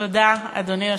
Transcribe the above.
אדוני היושב-ראש,